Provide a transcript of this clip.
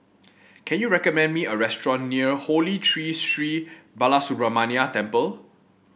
can you recommend me a restaurant near Holy Tree Sri Balasubramaniar Temple